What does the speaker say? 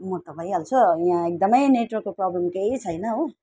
म त भइहाल्छ यहाँ एकदमै नेटवर्कको प्रब्लम केही छैन हो